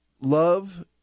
love